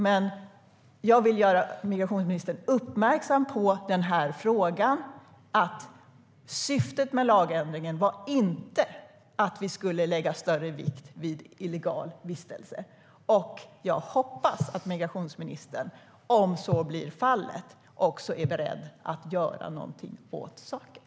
Men jag vill göra migrationsministern uppmärksam på frågan. Syftet med lagändringen var inte att vi skulle lägga större vikt vid illegal vistelse. Jag hoppas att migrationsministern, om så blir fallet, är beredd att göra någonting åt saken.